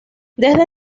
desde